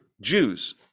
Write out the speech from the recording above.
Jews